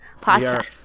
podcast